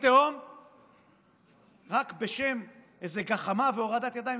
תהום רק בשם איזה גחמה והורדת ידיים,